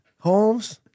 Holmes